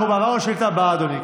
אנחנו כבר עברנו לשאילתה הבאה, אדוני.